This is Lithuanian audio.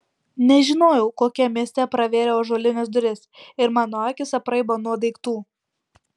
nežinojau kokiam mieste pravėriau ąžuolines duris ir mano akys apraibo nuo daiktų